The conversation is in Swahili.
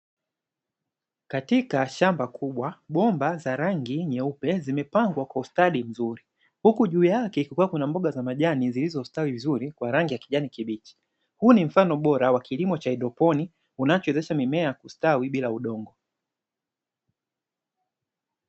Katika shamba kubwa, bomba za rangi nyeupe zimepangwa kwa ustadi mzuri, huku juu yake kukiwa kuna mboga za majani zilizostawi vizuri kwa rangi ya kijani kibichi. Huu ni mfano bora wa kilimo cha hydroponi kinacho wezesha mimea kustawi bila udongo.